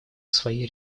свои